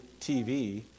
TV